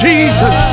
Jesus